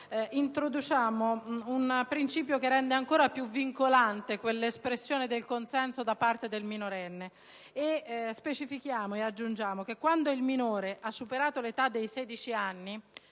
introduciamo un principio che rende ancora più vincolante l'espressione del consenso da parte del minorenne. Specifichiamo e aggiungiamo che quando il minore ha superato l'età di 16 anni,